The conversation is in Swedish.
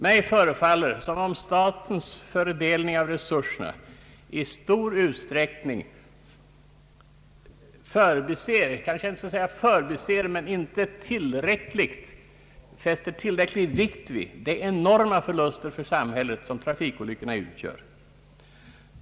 Mig förefaller det som om statens fördelning av resurserna inte fäster tillräcklig vikt vid de enorma förluster för samhället som trafikolyckorna utgör.